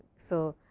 so,